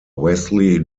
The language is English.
wesley